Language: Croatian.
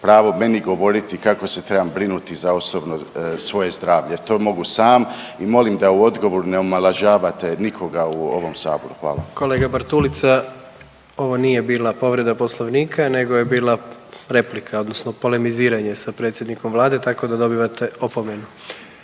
pravo meni govoriti kako se trebam brinuti za osobno svoje zdravlje. To mogu sam i molim da u odgovoru ne omalovažavate nikoga u ovom saboru. Hvala. **Jandroković, Gordan (HDZ)** Kolega Bartulica, ovo nije bila povreda Poslovnika nego je bila replika odnosno polemiziranje sa predsjednikom vlade, tako da dobivate opomenu.